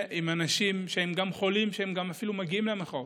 עם אנשים שהם חולים ואפילו מגיעים למחאות,